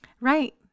Right